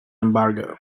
embargo